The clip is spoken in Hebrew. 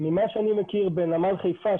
ממה שאני מכיר בנמל חיפה,